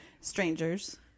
Strangers